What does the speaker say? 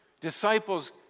disciples